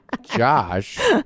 Josh